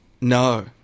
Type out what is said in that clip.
No